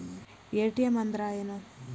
ATM ಅಂದ್ರ ಏನು?